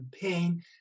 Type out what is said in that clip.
campaign